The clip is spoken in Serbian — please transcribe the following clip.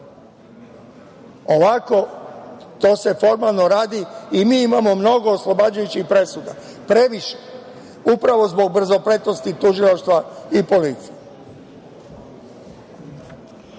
Ovako, to se formalno radi i mi imamo mnogo oslobađajućih presuda, previše. Upravo zbog brzopletosti tužilaštva i policije. Druga